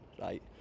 right